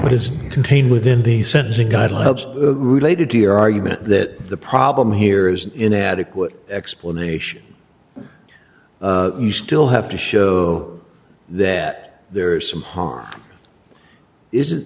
what is contained within the sentencing guidelines related to your argument that the problem here is an inadequate explanation you still have to show that there are some harm is